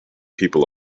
people